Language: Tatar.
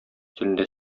телендә